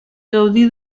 gaudí